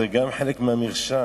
זה גם חלק מהמרשם,